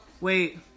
wait